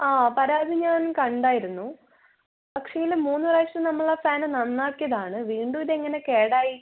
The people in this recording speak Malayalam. ആ പരാതി ഞാൻ കണ്ടായിരുന്നു പക്ഷേ അതിൽ മൂന്ന് പ്രാവശ്യം നമ്മൾ ആ ഫാന് നന്നാക്കിയതാണ് വീണ്ടും ഇതെങ്ങനെ കേടായി